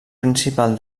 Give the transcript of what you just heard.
principal